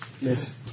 yes